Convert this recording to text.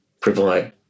provide